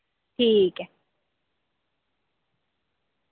ठीक ऐ